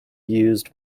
used